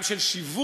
גם של שיווק.